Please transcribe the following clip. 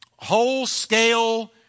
whole-scale